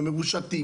הם מרושתים,